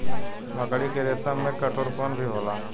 मकड़ी के रेसम में कठोरपन भी होला